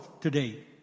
today